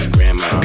Grandma